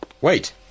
Wait